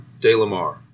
DeLamar